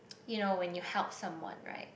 you know when you help someone right